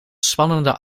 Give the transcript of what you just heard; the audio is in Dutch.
spannende